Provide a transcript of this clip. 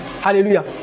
Hallelujah